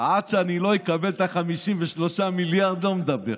עד שאני לא אקבל את ה-53 מיליארד, לא מדבר.